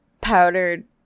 powdered